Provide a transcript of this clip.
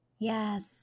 Yes